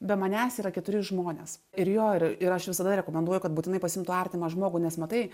be manęs yra keturi žmonės ir jo ir aš visada rekomenduoju kad būtinai pasiimtų artimą žmogų nes matai